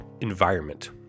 environment